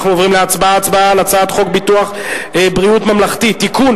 אנחנו עוברים להצבעה על הצעת חוק ביטוח בריאות ממלכתי (תיקון,